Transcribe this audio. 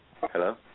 Hello